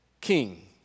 king